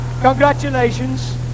Congratulations